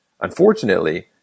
Unfortunately